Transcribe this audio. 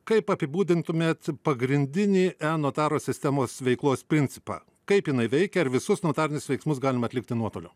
kaip apibūdintumėt pagrindinį enotarų sistemos veiklos principą kaip jinai veikia ar visus notarinius veiksmus galima atlikti nuotoliu